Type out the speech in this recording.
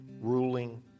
ruling